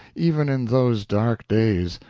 even in those dark days.